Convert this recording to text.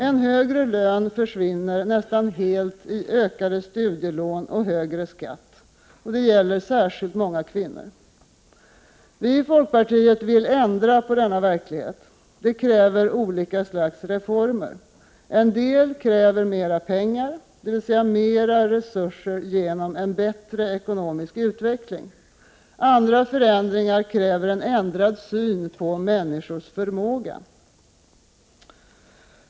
En högre lön försvinner nästan helt i ökade studielån och högre skatt. Det gäller särskilt många kvinnor. Vi i folkpartiet vill ändra på denna verklighet. Det kräver olika slags reformer. En del kräver mer pengar, dvs. mer resurser genom bättre ekonomisk utveckling. Andra förändringar kräver en ändrad syn på människors förmåga.